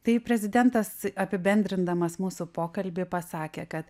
tai prezidentas apibendrindamas mūsų pokalbį pasakė kad